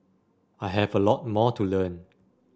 I have a lot more to learn